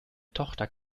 tochter